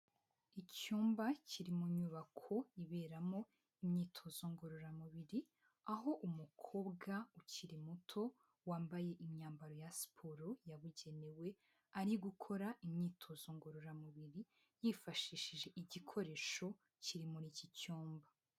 Icyumba kiri mu nyubako iberamo imyitozo ngororamubiri, aho umukobwa ukiri muto wambaye imyambaro ya siporo yabugenewe,, ari gukora imyitozo ngororamubiri yifashishije igikoresho kiri muri iki cyumba.